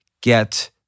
get